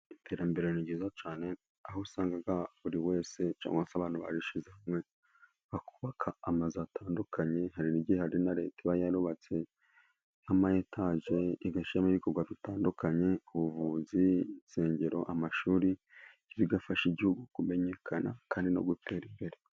Iterambere ni ryiza cyane ,aho usanga buri wese cyangwa se abantu barishize hamwe bakubaka amazu atandukanye. Hari igihe Ari na leta iba yarubatse nk' amayetaje igashiramo ibikorwa bitandukanye, ubuvuzi, insengero, amashuri, bigafasha igihugu kumenyekana kandi no gutera imbere.